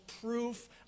proof